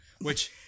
which-